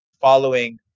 following